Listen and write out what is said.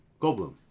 goldblum